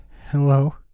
hello